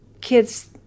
kids